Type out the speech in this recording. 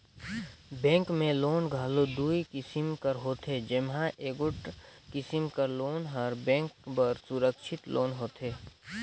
bank में loan घलो दुई किसिम कर होथे जेम्हां एगोट किसिम कर लोन हर बेंक बर सुरक्छित लोन होथे